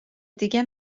دیگه